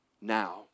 now